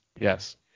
yes